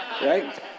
right